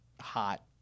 hot